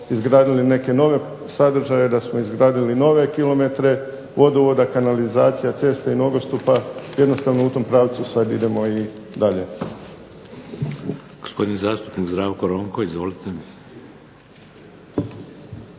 izgradili neke nove sadržaje, da smo izgradili nove kilometre vodovoda, kanalizacije, ceste i nogostupa jednostavno u tom pravcu sada idemo i dalje.